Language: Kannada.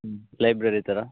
ಹ್ಞೂ ಲೈಬ್ರರಿ ಥರ